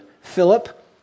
Philip